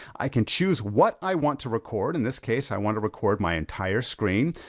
i can choose what i want to record, in this case i want to record my entire screen,